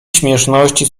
śmieszności